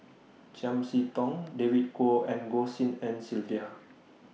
Chiam See Tong David Kwo and Goh Tshin En Sylvia